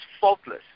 faultless